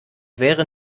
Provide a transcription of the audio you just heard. wäre